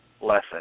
lesson